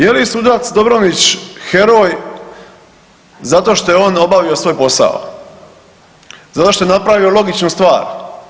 Je li sudac Dobronić heroj zato što je on obavio svoj posao, zato što je napravio logičnu stvar?